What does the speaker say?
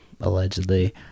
allegedly